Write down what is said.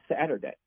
Saturday